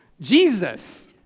Jesus